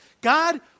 God